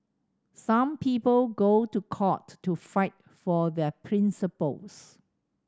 some people go to court to fight for their principles